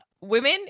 women